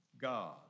God